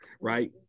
right